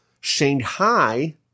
Shanghai